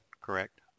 correct